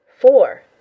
four